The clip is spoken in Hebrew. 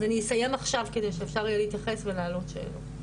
אז אני אסיים עכשיו כדי שאפשר להתייחס ולהעלות שאלות,